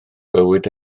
bywyd